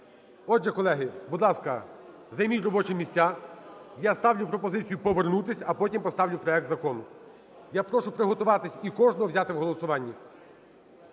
Отже, колеги, будь ласка, займіть робочі місця. Я ставлю пропозицію повернутися, а потім поставлю проект закону. Я прошу приготуватися і кожного взяти в голосуванні.